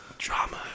Drama